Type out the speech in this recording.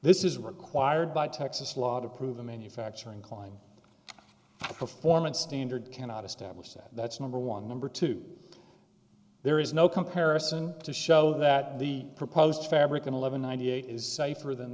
this is required by texas law to prove a manufacturing klein performance standard cannot establish that that's number one number two there is no comparison to show that the proposed fabric in eleven ninety eight is safer than